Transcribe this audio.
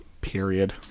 period